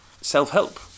self-help